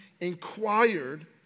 inquired